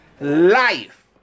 Life